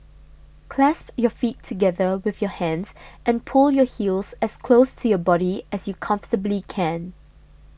clasp your feet together with your hands and pull your heels as close to your body as you comfortably can